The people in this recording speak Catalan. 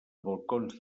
balcons